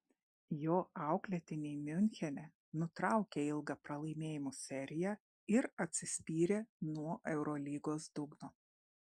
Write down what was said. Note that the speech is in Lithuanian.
jo auklėtiniai miunchene nutraukė ilgą pralaimėjimų seriją ir atsispyrė nuo eurolygos dugno